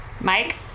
Mike